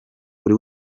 buri